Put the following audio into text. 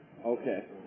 okay